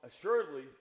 assuredly